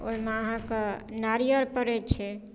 ओहिमे अहाँके नारियर पड़ैत छै